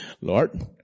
Lord